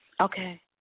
Okay